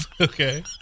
okay